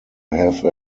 have